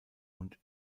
und